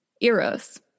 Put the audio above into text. Eros